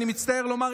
אני מצטער לומר,